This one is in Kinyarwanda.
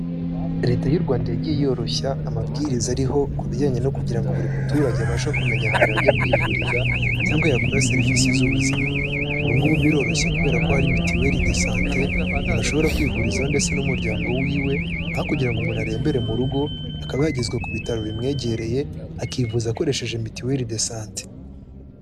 Leta y'u Rwanda yagiye yoroshya amabwiriza ariho, ku bijyanye no kugira ngo buri muturage abashe kumenya ahantu yajye kwivuriza, cyangwa yakura serivisi z'ubuzima, ubu ngubu biroroshye kubera ko hari mutielle de sante, umuntu ashobora kwivurizaho ndetse n'umuryango wiwe, aho kugira ngo umuntu arembere mu rugo, akaba yagezwa ku bitaro bimwegereye akivuza akoresheje mutuelle de sante.